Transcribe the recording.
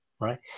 right